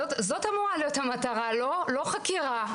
זאת אמורה להיות המטרה, לא חקירה.